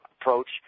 approach